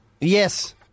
yes